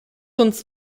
uns